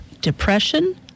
depression